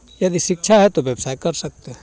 यदि शिक्षा है तो व्यवसाय कर सकते हैं